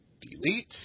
Delete